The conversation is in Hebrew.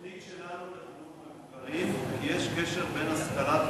בתוכנית שלנו לחינוך המבוגרים יש קשר בין השכלה,